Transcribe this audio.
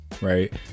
right